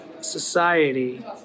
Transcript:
society